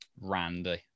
Randy